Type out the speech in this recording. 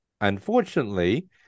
Unfortunately